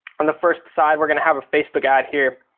on the first side we're gonna have a facebook ad here.